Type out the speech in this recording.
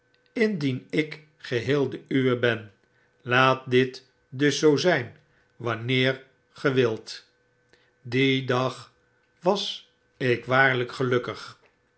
indien ik geheel de uwe ben laat dit dus zoo zyn wanneer gij wilt dien dag was ik waarlyk gelukkig